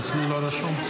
אצלי לא רשום.